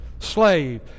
Slave